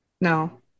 no